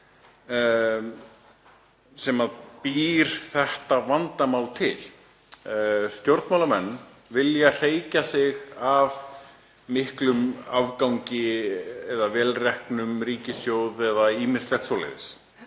sem býr þetta vandamál til. Stjórnmálamenn vilja hreykja sér af miklum afgangi, af vel reknum ríkissjóði og ýmsu svoleiðis.